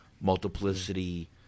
Multiplicity